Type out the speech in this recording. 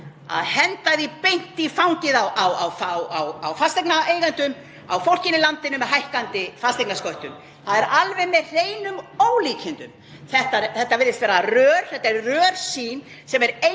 að henda því beint í fangið á fasteignaeigendum, á fólkinu í landinu, með hækkandi fasteignasköttum. Þetta er alveg með hreinum ólíkindum. Þetta er rörsýn sem er